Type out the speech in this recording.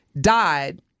died